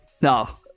No